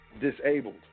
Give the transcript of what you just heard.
Disabled